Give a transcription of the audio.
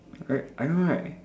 I I know right